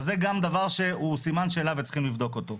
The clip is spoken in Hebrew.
אז זה גם דבר שהוא סימן שאלה וצריכים לבדוק אותו.